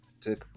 take